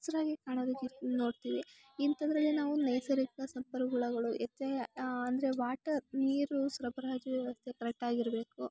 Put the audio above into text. ಹಸಿರಾಗಿ ಕಾಣೋದಕ್ಕೆ ನೋಡ್ತಿವಿ ಇಂಥದ್ರಲ್ಲಿ ನಾವು ನೈಸರ್ಗಿಕ ಸಂಪನ್ಮೂಲಗಳು ಹೆಚ್ಚಾಗಿ ಅಂದರೆ ವಾಟರ್ ನೀರು ಸರಬರಾಜು ವ್ಯವಸ್ಥೆ ಕರೆಕ್ಟಾಗಿ ಇರಬೇಕು